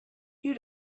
you